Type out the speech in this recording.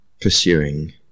pursuing